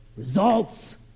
Results